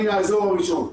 הנה האזור הראשון.